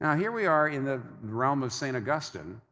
here we are, in the realm of st. augustine,